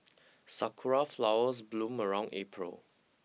sakura flowers bloom around April